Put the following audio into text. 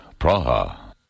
Praha